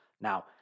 Now